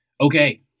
Okay